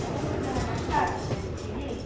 ಅವರಿಗೂ ಸಹ ನಷ್ಟ ಆಗುತ್ತೆ ಅಂತ ಹೇಳಿ